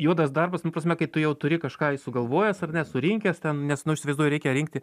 juodas darbas ta prasme kaip tu jau turi kažką sugalvojęs ar ne surinkęs ten nes nu įsivaizduoju reikia rinkti